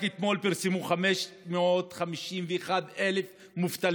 רק אתמול פרסמו שיש 551,000 מובטלים.